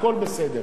הכול בסדר.